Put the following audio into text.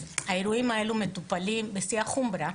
אז האירועים האלה מטופלים בשיא החומרה,